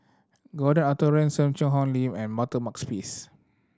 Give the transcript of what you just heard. Gordon Arthur Ransome Cheang Hong Lim and Walter Makepeace